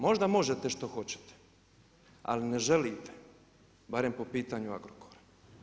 Možda, možda možete što hoćete ali ne želite, barem po pitanju Agrokora.